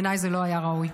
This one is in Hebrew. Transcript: בעיניי, זה לא היה ראוי.